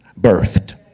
birthed